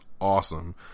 awesome